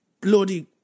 bloody